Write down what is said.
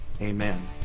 amen